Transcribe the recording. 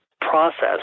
process